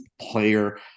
player